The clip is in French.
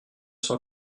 cent